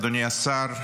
אדוני השר,